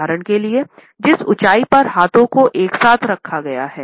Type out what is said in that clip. उदाहरण के लिए जिस ऊंचाई पर हाथों को एक साथ रखा गया है